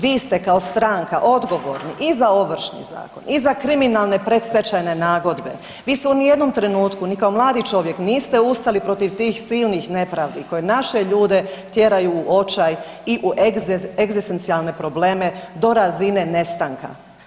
Vi ste kao stanka odgovorni i za Ovršni zakon i za kriminalne predstečajne nagodbe, vi se u nijednom trenutku ni kao mladi čovjek niste ustali protiv tih silnih nepravdi koje naše ljude tjeraju u očaj i u egzistencijalne probleme do razine nestanka.